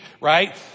right